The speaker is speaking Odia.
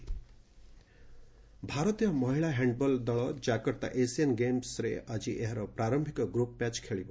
ଏସିଆଡ୍ ହ୍ୟାଣ୍ଡବଲ୍ ଭାରତୀୟ ମହିଳା ହ୍ୟାଣ୍ଡବଲ୍ ଦଳ ଜାକର୍ତ୍ତା ଏସିଆନ୍ ଗେମ୍ବରେ ଆଜି ଏହାର ପ୍ରାର୍ୟିକ ଗ୍ରୁପ୍ ମ୍ୟାଚ୍ ଖେଳିବ